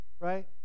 right